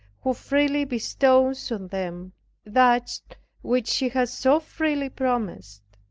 who freely bestows on them that which he has so freely promised!